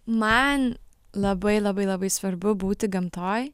man labai labai labai svarbu būti gamtoj